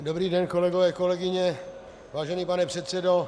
Dobrý den, kolegové, kolegyně, vážený pane předsedo.